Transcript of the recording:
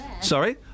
Sorry